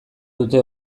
dute